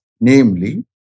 namely